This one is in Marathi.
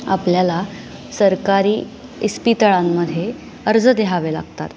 आपल्याला सरकारी इस्पितळांमध्ये अर्ज द्यावे लागतात